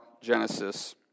Genesis